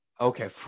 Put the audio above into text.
okay